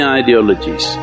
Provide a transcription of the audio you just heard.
ideologies